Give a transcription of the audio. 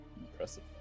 Impressive